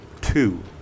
Two